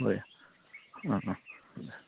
दे ओं ओं